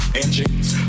engines